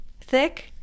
thick